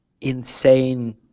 insane